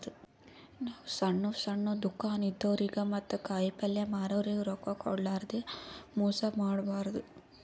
ನಾವ್ ಸಣ್ಣ್ ಸಣ್ಣ್ ದುಕಾನ್ ಇದ್ದೋರಿಗ ಮತ್ತ್ ಕಾಯಿಪಲ್ಯ ಮಾರೋರಿಗ್ ರೊಕ್ಕ ಕೋಡ್ಲಾರ್ದೆ ಮೋಸ್ ಮಾಡಬಾರ್ದ್